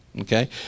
okay